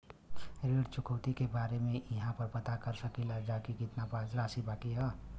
ऋण चुकौती के बारे इहाँ पर पता कर सकीला जा कि कितना राशि बाकी हैं?